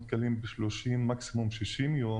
מוסר התשלומים הוא 30 יום או מקסימום 60 יום.